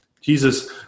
Jesus